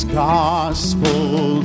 gospel